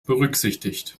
berücksichtigt